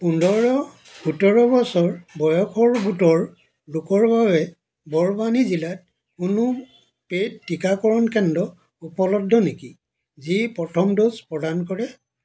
পোন্ধৰ সোতৰ বছৰ বয়সৰ গোটৰ লোকৰ বাবে বৰৱানী জিলাত কোনো পেইড টীকাকৰণ কেন্দ্ৰ উপলব্ধ নেকি যি প্ৰথম ড'জ প্ৰদান কৰে